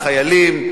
לחיילים,